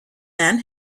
man